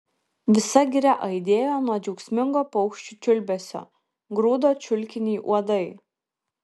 visa giria aidėjo nuo džiaugsmingo paukščių čiulbesio grūdo čiulkinį uodai